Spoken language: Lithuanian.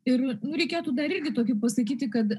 ir nu reikėtų daryti tokį pasakyti kad